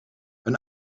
een